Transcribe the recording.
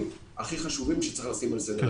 אלה שני הדברים הכי חשובים שצריך לעשות היום.